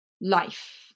life